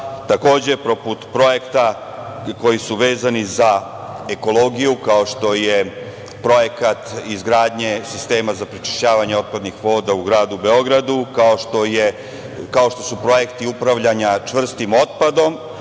takođe poput projekta koji su vezani za ekologiju, kao što je projekat izgradnje sistema za prečišćavanje otpadnih voda u gradu Beogradu, kao što su projekti upravljanja čvrstim otpadom,